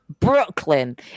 Brooklyn